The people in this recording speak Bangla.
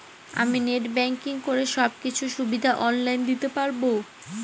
আমি নেট ব্যাংকিং করে সব কিছু সুবিধা অন লাইন দিতে পারবো?